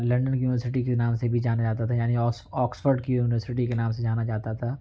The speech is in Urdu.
لنڈن کی یونیورسٹی کے نام سے بھی جانا جاتا تھا یعنی آکسفورڈ کی یونیورسٹی کے نام سے جانا جاتا تھا